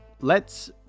lets